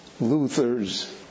Luther's